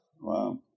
Wow